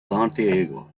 santiago